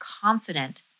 confident